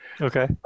okay